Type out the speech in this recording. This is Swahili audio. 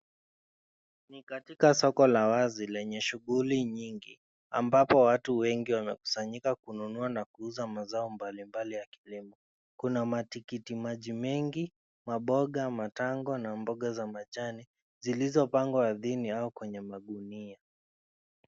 Ni katika soko la wazi lenye shughuli nyingi, ambapo watu wengi wamekusanyika kununua na kuuza mazao mbalimbali ya kilimo. Kuna matikiti maji mengi, maboga, matango, na mboga za majani zilizopangwa ardhini au kwenye magunia.